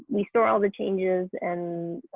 we store all the changes. and